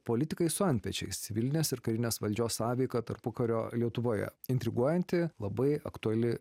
politikai su antpečiais civilinės ir karinės valdžios sąveika tarpukario lietuvoje intriguojanti labai aktuali